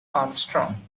armstrong